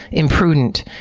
imprudent,